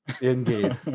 Indeed